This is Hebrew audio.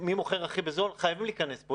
מי מוכר הכי בזול?! חייבים להיכנס פה.